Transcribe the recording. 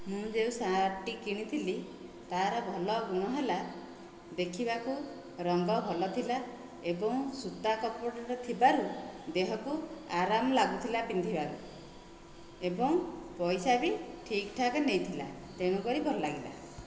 ମୁଁ ଯେଉଁ ସାର୍ଟଟି କିଣିଥିଲି ତାହାର ଭଲ ଗୁଣ ହେଲା ଦେଖିବାକୁ ରଙ୍ଗ ଭଲ ଥିଲା ଏବଂ ସୂତା କପଡ଼ାଟା ଥିବାରୁ ଦେହକୁ ଆରାମ ଲାଗୁଥିଲା ପିନ୍ଧିବାକୁ ଏବଂ ପଇସା ବି ଠିକ୍ ଠାକ୍ ନେଇଥିଲା ତେଣୁକରି ଭଲ ଲାଗିଲା